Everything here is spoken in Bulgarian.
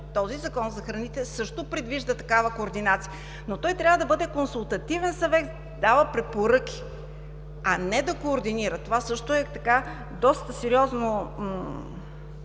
този Закон за храните също предвижда такава координация, но той трябва да бъде консултативен съвет и да дава препоръки, а не да координира. Това също е доста сериозно